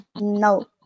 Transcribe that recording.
No